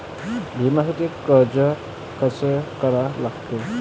बिम्यासाठी अर्ज कसा करा लागते?